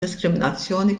diskriminazzjoni